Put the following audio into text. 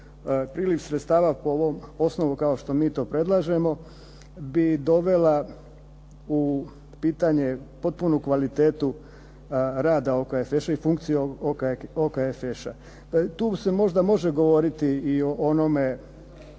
priliv sredstava po ovom osnovu kao što mi to predlažemo, bi dovela u pitanje potpunu kvalitetu rada OKFŠ-a i funkciju OKFŠ-a. Tu se možda može govoriti i o onome